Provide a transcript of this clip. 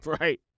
Right